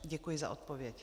Děkuji za odpověď.